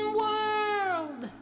world